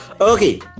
Okay